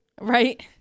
Right